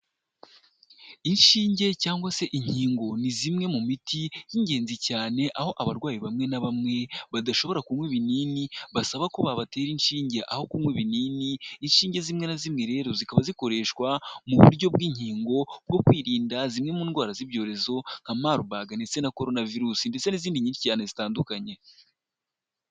Inshinge cyangwa se inkingo ni zimwe mu miti y'ingenzi cyane aho abarwayi bamwe na bamwe badashobora kunywa ibinini basaba ko babatera inshinge aho kunywa ibinini, inshinge zimwe na zimwe rero zikaba zikoreshwa mu buryo bw'inkingo bwo kwirinda zimwe mu ndwara z'ibyorezo nka marburg ndetse na corona virus, ndetse n'izindi nyinshi cyane zitandukanye.